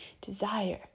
desire